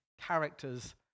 characters